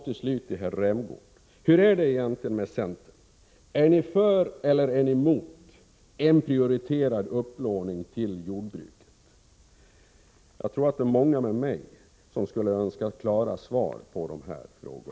Till slut till herr Rämgård: Är centern egentligen för eller emot en prioriterad upplåning till jordbruket? Jag tror att det är många med mig som skulle önska klara svar på dessa frågor.